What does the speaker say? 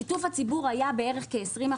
שיתוף הציבור היה כ-20%.